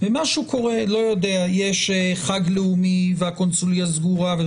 ומשהו קורה כמו למשל שיש חג לאומי והקונסוליה סגורה.